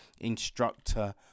Instructor